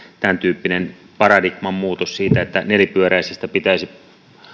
tämäntyyppinen paradigman muutos että nelipyöräisestä pitäisi